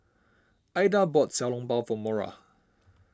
Aida bought Xiao Long Bao for Mora